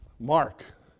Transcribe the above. Mark